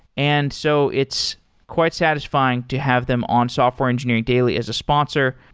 and so it's quite satisfying to have them on software engineering daily as a sponsor.